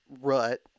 rut